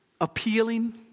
appealing